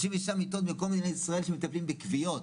36 מיטות בכל מדינת ישראל שמטפלים בכוויות.